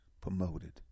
promoted